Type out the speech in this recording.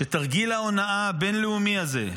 שתרגיל ההונאה הבין-לאומי הזה,